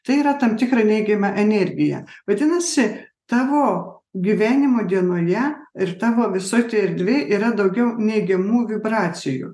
tai yra tam tikrą neigiamą energiją vadinasi tavo gyvenimo dienoje ir tavo visoj toj erdvėj yra daugiau neigiamų vibracijų